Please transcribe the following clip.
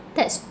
that's